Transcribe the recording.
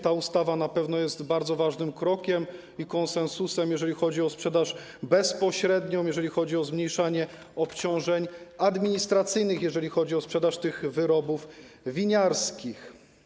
Ta ustawa na pewno jest bardzo ważnym krokiem i konsensusem, jeżeli chodzi o sprzedaż bezpośrednią, jeżeli chodzi o zmniejszanie obciążeń administracyjnych, jeżeli chodzi o sprzedaż wyrobów winiarskich.